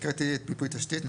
הקראתי מיפוי תשתית.